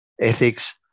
ethics